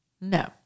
No